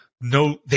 no